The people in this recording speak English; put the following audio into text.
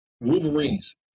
Wolverines